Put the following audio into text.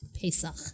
Pesach